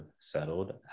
settled